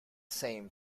same